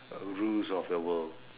uh rules of the world